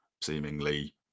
seemingly